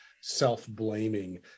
self-blaming